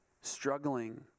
struggling